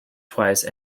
twice